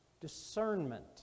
discernment